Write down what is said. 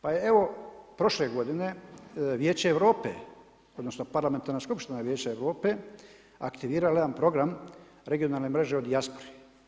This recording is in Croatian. Pa je evo prošle godine Vijeće Europe odnosno Parlamentarna skupština Vijeća Europe aktivirala jedan program regionalne mreže o dijaspori.